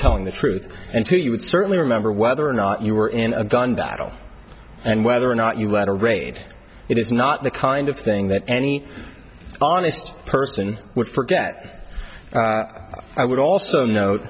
telling the truth until you would certainly remember whether or not you were in a gun battle and whether or not you let a raid it is not the kind of thing that any honest person with forget i would also no